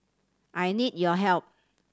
I need your help